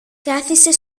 κάθισε